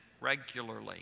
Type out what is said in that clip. regularly